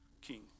king